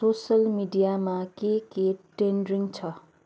social मिडियामा के के ट्रेन्डिङ छ